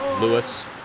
Lewis